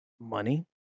money